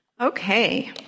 Okay